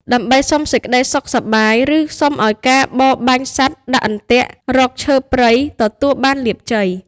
ដើម្បីសុំសេចក្តីសុខសប្បាយ ឬ សុំឱ្យការបរបាញ់សត្វ ដាក់អន្ទាក់ រកឈើព្រៃ ទទួលបានលាភជ័យ។